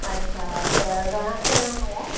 अच्छा त घणा ॼणा हुआ